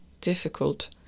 difficult